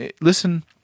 listen